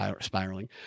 spiraling